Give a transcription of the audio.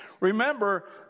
remember